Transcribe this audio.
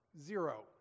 zero